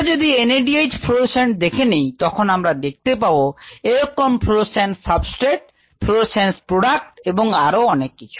আমরা যদি NADH fluorescence দেখে নেই তখন আমরা দেখতে পাব এরকম fluorescence সাবস্ট্রেট fluorescence প্রোডাক্ট এবং আরও অনেক কিছু